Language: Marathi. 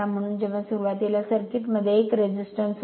म्हणून जेव्हा सुरुवातीला सर्किट मध्ये 1 प्रतिकार होता